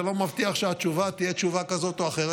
זה לא מבטיח שהתשובה תהיה תשובה כזאת או אחרת,